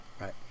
Right